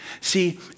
See